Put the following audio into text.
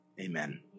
Amen